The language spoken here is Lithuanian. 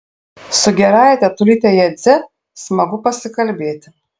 su gerąja tetulyte jadze smagu pasikalbėti